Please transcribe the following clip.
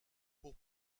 pour